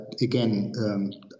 again